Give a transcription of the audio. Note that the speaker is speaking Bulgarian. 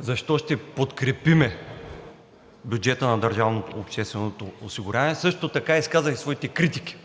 защо ще подкрепим бюджета на държавното обществено осигуряване. Също така изказах и своите критики.